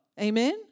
Amen